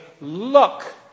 look